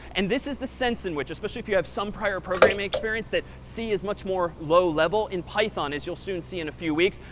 and this is the sense in which especially if you have some prior programming experience that c is much more low level. in python, as you'll soon see in a few weeks,